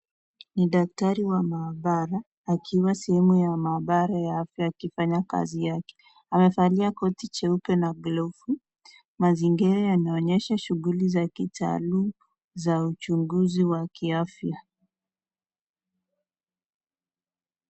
Ni daktari wa maabara ya afya akiwa sehemu ya maabara akifanya kazi yake. Amevalia koti cheupe na glovu. Mazingira yanaonyesha shughuli za kitaalum za uchunguzi wa kiafya.